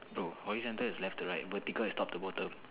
bro horizontal is left to right vertical is top to bottom